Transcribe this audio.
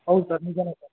ಹೌದು ಸರ್ ನಿಜಾನೇ ಸರ್